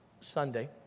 Sunday